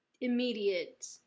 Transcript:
immediate